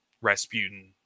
Rasputin